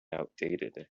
outdated